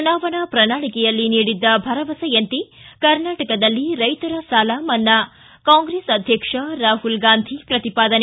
ಚುನಾವಣಾ ಪ್ರಣಾಳಿಕೆಯಲ್ಲಿ ನೀಡಿದ್ದ ಭರವಸೆಯಂತೆ ಕರ್ನಾಟಕದಲ್ಲಿ ರೈತರ ಸಾಲ ಮನ್ನಾ ಕಾಂಗ್ರೆಸ್ ಅಧ್ಯಕ್ಷ ರಾಹುಲ್ ಗಾಂಧಿ ಪ್ರತಿಪಾದನೆ